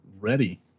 ready